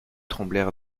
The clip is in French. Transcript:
tremblèrent